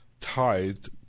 tithed